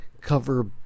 Cover